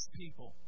people